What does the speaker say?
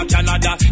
Canada